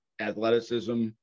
athleticism